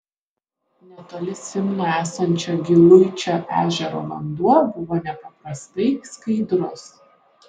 netoli simno esančio giluičio ežero vanduo buvo nepaprastai skaidrus